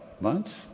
months